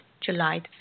July